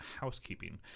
housekeeping